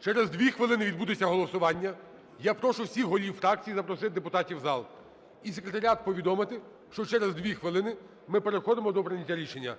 Через 2 хвилини відбудеться голосування. Я прошу всіх голів фракцій запросити депутатів в зал. І секретаріат повідомити, що через 2 хвилини ми переходимо до прийняття рішення.